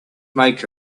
make